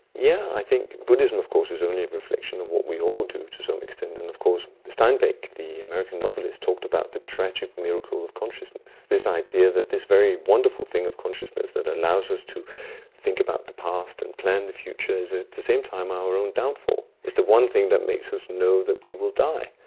yeah i think buddhism of course is only a reflection of what we all do to some extent. and of course steinbeck, the american novelist, talked about the tragic miracle of consciousness, this idea that this very wonderful thing of consciousness that allows us to think about the past and plan the future, is at the same time our own downfall. it's the one thing that makes us know that we will die,